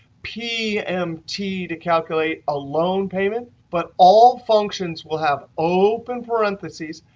pmt to calculate a loan payment. but all functions will have open parentheses.